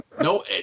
No